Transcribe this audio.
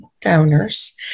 donors